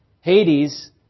Hades